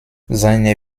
seine